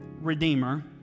redeemer